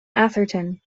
atherton